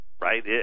Right